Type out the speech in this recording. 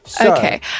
Okay